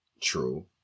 true